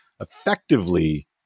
effectively